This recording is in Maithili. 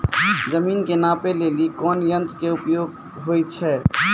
जमीन के नापै लेली कोन यंत्र के उपयोग होय छै?